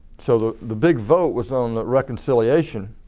so the the big vote was on the reconciliation.